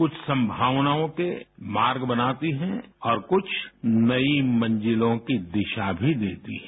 कुछ संभावनाओं के मार्ग बनाती है और कुछ नई मंजिलों की दिशा भी देती है